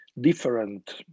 different